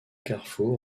carrefour